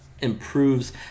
improves